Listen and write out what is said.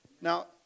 Now